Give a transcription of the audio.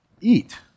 eat